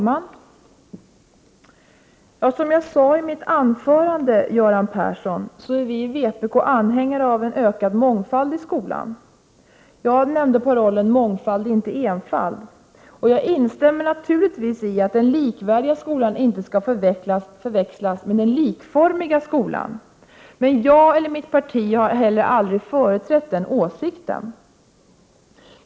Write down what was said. Fru talman! Som jag sade i mitt anförande, Göran Persson, är vi i vpk anhängare av en ökad mångfald i skolan. Jag nämnde parollen Mångfald — inte enfald, och jag instämmer naturligtvis i att den likvärdiga skolan inte skall förväxlas med den likformiga skolan. Jag eller mitt parti har heller aldrig företrätt den åsikten.